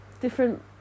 different